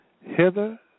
hither